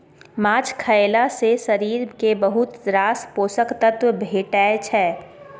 माछ खएला सँ शरीर केँ बहुत रास पोषक तत्व भेटै छै